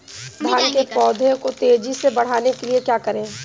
धान के पौधे को तेजी से बढ़ाने के लिए क्या करें?